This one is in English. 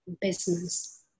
business